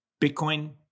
Bitcoin